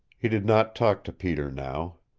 he did not talk to peter now.